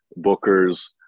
bookers